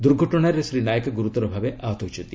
ଦୁର୍ଘଟଣାରେ ଶ୍ରୀ ନାଏକ ଗୁରତର ଭାବେ ଆହତ ହୋଇଛନ୍ତି